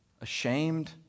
ashamed